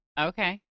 Okay